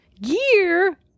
Gear